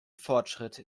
fortschritt